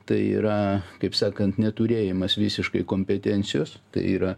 tai yra kaip sakant neturėjimas visiškai kompetencijos tai yra